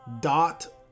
dot